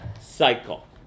cycle